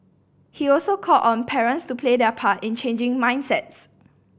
he also called on parents to play their part in changing mindsets